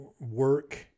work